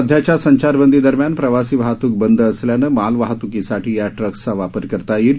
सध्याच्या संचारबंदी दरम्यान प्रवासी वाहतूक बंद असल्यानं मालवाहतूकीसाठी या ट्रक्सचा वापर करता येईल